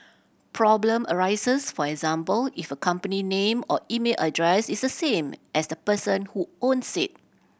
problem arises for example if a company name or email address is the same as the person who owns it